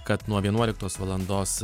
kad nuo vienuoliktos valandos